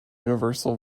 universal